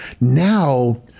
now